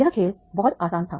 यह खेल बहुत आसान था